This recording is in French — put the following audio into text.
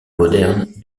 moderne